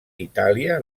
itàlia